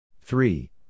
three